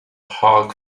hulk